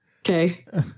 okay